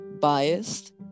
biased